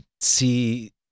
see